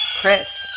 Chris